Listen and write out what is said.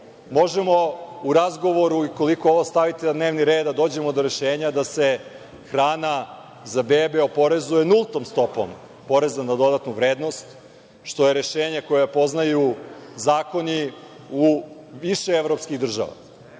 Možemo u razgovoru i ukoliko ovo stavite na dnevni red da dođemo do rešenja da se hrana za bebe oporezuje nultom stopom PDV, što je rešenje koje poznaju zakoni u više evropskih država,